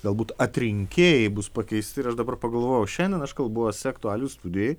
galbūt atrinkėjai bus pakeisti ir aš dabar pagalvojau šiandien aš kalbuosi aktualijų studijoj